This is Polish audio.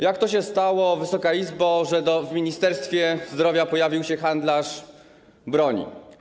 Jak to się stało, Wysoka Izbo, że w Ministerstwie Zdrowia pojawił się handlarz bronią?